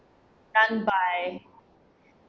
done by